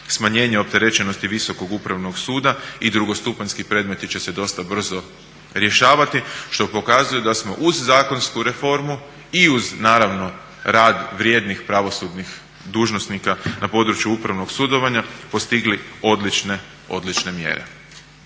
smanjenje opterećenosti Visokog upravnog suda i drugostupanjski predmeti će se dosta brzo rješavati što pokazuje da smo uz zakonsku reformu i uz rad vrijednih pravosudnih dužnosnika na području upravnog sudovanja postigli odlične mjere.